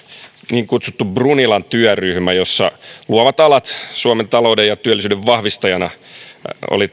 niin kutsuttu brunilan työryhmä luovat alat suomen talouden ja työllisyyden vahvistajina oli